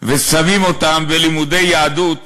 ושמים אותם בלימודי יהדות